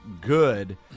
good